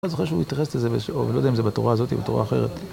אני זוכר שהוא התייחס לזה בשעור, אני לא יודע אם זה בתורה הזאת או בתורה אחרת